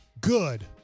good